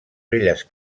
velles